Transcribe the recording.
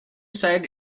side